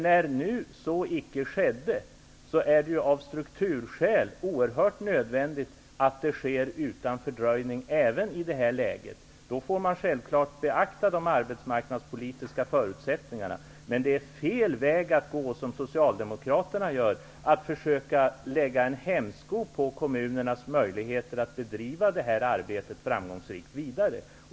När så nu icke skedde är det av strukturskäl oerhört nödvändigt att det sker utan fördröjning, trots det läge vi har nu. Vi får självklart beakta de arbetsmarknadspolitiska förutsättningarna, men det är fel väg att gå att som Socialdemokraterna försöka lägga en hämsko på kommunernas möjligheter att framgångsrikt driva detta arbete vidare.